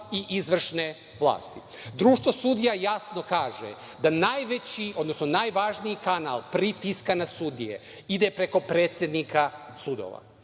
i izvršne vlasti. Društvo sudija jasno kaže da najveći, odnosno najvažniji kanal pritiska na sudije ide preko predsednika sudova,